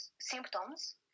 symptoms